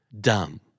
dumb